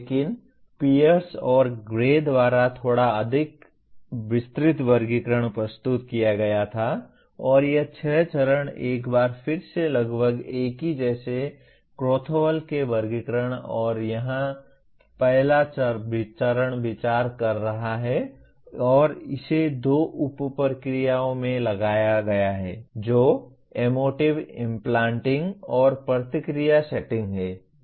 लेकिन पियर्स और ग्रे द्वारा थोड़ा अधिक विस्तृत वर्गीकरण प्रस्तुत किया गया था और ये छह चरण एक बार फिर से लगभग एक ही हैं जैसे क्रथोव्हेल के वर्गीकरण और यहां पहला चरण विचार कर रहा है और इसे दो उप प्रक्रियाओं में लगाया गया है जो एमोटिंव इम्प्लांटिंग और प्रतिक्रिया सेटिंग हैं